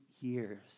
years